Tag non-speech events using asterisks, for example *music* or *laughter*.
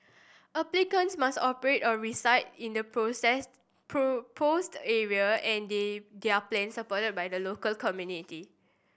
applicants must operate or reside in the *unintelligible* proposed area and they their are plans supported by the local community